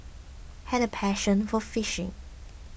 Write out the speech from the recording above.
had a passion for fishing